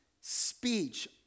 Speech